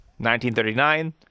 1939